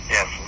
Yes